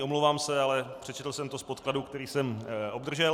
Omlouvám se, ale přečetl jsem to z podkladů, které jsem obdržel.